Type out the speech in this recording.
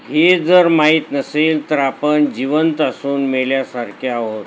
हे जर माहीत नसेल तर आपण जिवंत असून मेल्यासारख्ये आहोत